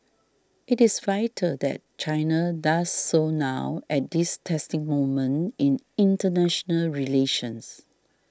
it is vital that China does so now at this testing moment in international relations